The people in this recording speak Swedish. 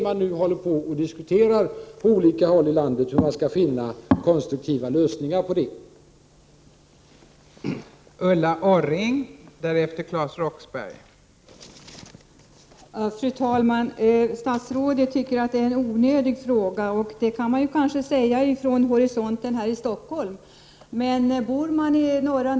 Man håller på att diskutera på olika håll i landet hur man skall kunna finna konstruktiva lösningar på dessa frågor.